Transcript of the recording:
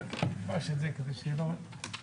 תבליט של הכנסת.